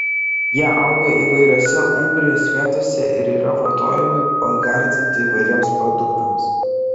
jie auga įvairiose umbrijos vietose ir yra vartojami pagardinti įvairiems produktams